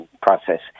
process